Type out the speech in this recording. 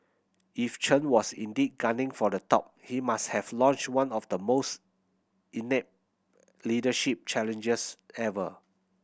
if Chen was indeed gunning for the top he must have launched one of the most inept leadership challenges ever